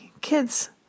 kids